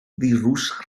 firws